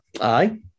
Aye